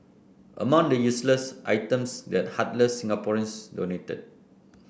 among the useless items that heartless Singaporeans donated